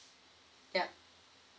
yup